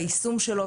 ביישום שלו,